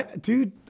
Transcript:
Dude